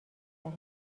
دهیم